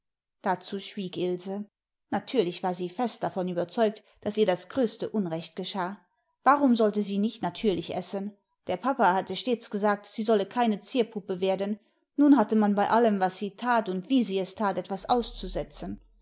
dazu schwieg ilse natürlich war sie fest davon überzeugt daß ihr das größte unrecht geschah warum sollte sie nicht natürlich essen der papa hatte stets gesagt sie solle keine zierpuppe werden nun hatte man bei allem was sie that und wie sie es that etwas auszusetzen